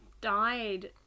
Died